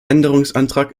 änderungsantrag